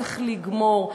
צריך לגמור,